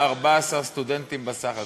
14 סטודנטים בסך הכול,